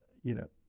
you know,